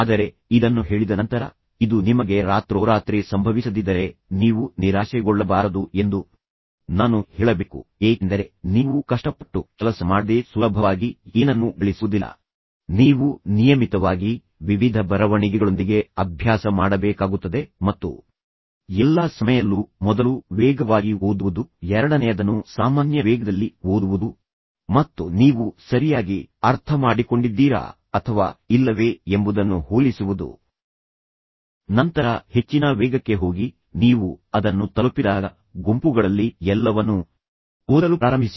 ಆದರೆ ಇದನ್ನು ಹೇಳಿದ ನಂತರ ಇದು ನಿಮಗೆ ರಾತ್ರೋರಾತ್ರಿ ಸಂಭವಿಸದಿದ್ದರೆ ನೀವು ನಿರಾಶೆಗೊಳ್ಳಬಾರದು ಎಂದು ನಾನು ಹೇಳಬೇಕು ಏಕೆಂದರೆ ನೀವು ಕಷ್ಟಪಟ್ಟು ಕೆಲಸ ಮಾಡದೆ ಸುಲಭವಾಗಿ ಏನನ್ನೂ ಗಳಿಸುವುದಿಲ್ಲ ನೀವು ನಿಯಮಿತವಾಗಿ ಅಭ್ಯಾಸ ಮಾಡಬೇಕಾಗುತ್ತದೆ ನೀವು ವಿವಿಧ ಬರವಣಿಗೆಗಳೊಂದಿಗೆ ಅಭ್ಯಾಸ ಮಾಡಬೇಕಾಗುತ್ತದೆ ಮತ್ತು ಎಲ್ಲಾ ಸಮಯದಲ್ಲೂ ಮೊದಲು ವೇಗವಾಗಿ ಓದುವುದು ಎರಡನೆಯದನ್ನು ಸಾಮಾನ್ಯ ವೇಗದಲ್ಲಿ ಓದುವುದು ಮತ್ತು ನೀವು ಸರಿಯಾಗಿ ಅರ್ಥಮಾಡಿಕೊಂಡಿದ್ದೀರಾ ಅಥವಾ ಇಲ್ಲವೇ ಎಂಬುದನ್ನು ಹೋಲಿಸುವುದು ನಂತರ ಹೆಚ್ಚಿನ ವೇಗಕ್ಕೆ ಹೋಗಿ ನೀವು ಅದನ್ನು ತಲುಪಿದಾಗ ಸಾಧ್ಯವಾದಷ್ಟು ಗರಿಷ್ಠವೆಂದು ನೀವು ಭಾವಿಸುವದನ್ನು ತಲುಪಿರಿ ಮತ್ತು ನಂತರ ಗುಂಪುಗಳಲ್ಲಿ ಎಲ್ಲವನ್ನೂ ಓದಲು ಪ್ರಾರಂಭಿಸಿ